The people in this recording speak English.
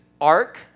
arc